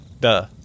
duh